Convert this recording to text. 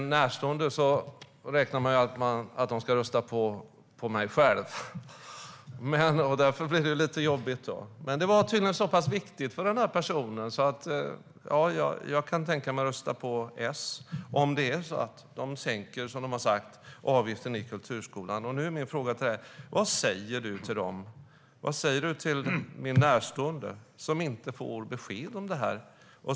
Jag räknar ju med att en närstående ska rösta på mig. Därför blev det lite jobbigt. Men det var tydligen så pass viktigt för denna person. Denna person kunde tänka sig att rösta på S om de, som de har sagt, sänker avgiften i kulturskolan. Min fråga är: Vad säger du, Anna Wallentheim, till min närstående och andra som inte får besked om detta?